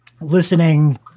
listening